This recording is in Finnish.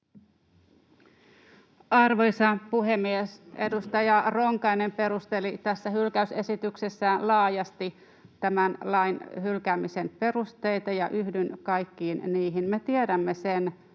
Arvoisa puhemies! Edustaja Ronkainen perusteli tässä hylkäysesityksessä laajasti tämän lain hylkäämisen perusteita, ja yhdyn kaikkiin niihin. Me tiedämme sen,